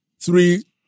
three